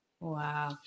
Wow